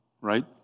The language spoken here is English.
right